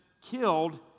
killed